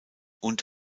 und